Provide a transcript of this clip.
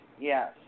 Yes